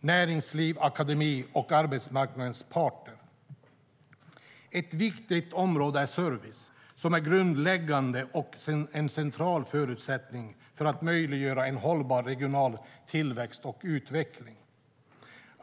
näringsliv, akademi och arbetsmarknadens parter. Ett viktigt område är service, som är en grundläggande och central förutsättning för att möjliggöra en hållbar regional tillväxt och utveckling.